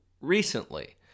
recently